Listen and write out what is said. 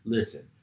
Listen